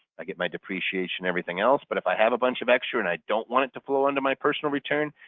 i get my depreciation, everything else but if i have a bunch of extra and i don't want it to flow under my personal return,